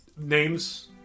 Names